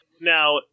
Now